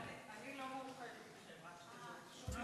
אני לא מאוחדת אתכם, רק שתדעו.